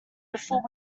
before